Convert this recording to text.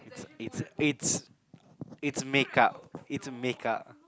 it's aids it's makeup it's makeup